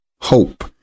hope